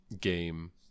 game